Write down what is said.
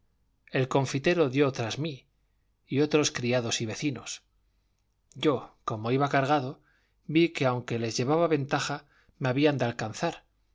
el confitero dio tras mí y otros criados y vecinos yo como iba cargado vi que aunque les llevaba ventaja me habían de alcanzar